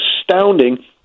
astounding